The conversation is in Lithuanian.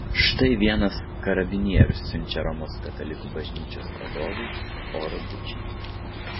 štai vienas karabinierius siunčia romos katalikų bažnyčios vadovui oro bučinį